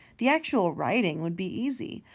the actual writing would be easy.